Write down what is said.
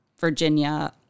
Virginia